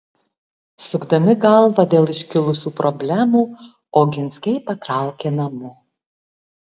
sukdami galvą dėl iškilusių problemų oginskiai patraukė namo